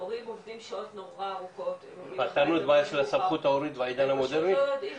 הורים עובדים שעות נורא ארוכות ופשוט לא יודעים